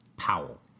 Powell